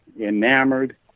enamored